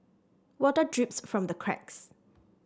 water drips from the cracks